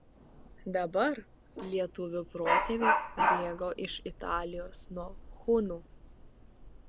dabar lietuvių protėviai bėgo iš italijos nuo hunų